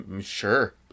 Sure